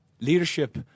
leadership